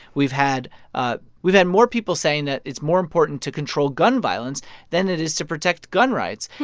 we've had ah we've had more people saying that it's more important to control gun violence than it is to protect gun rights.